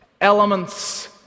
Elements